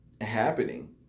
happening